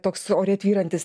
toks ore tvyrantis